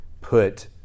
put